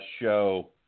show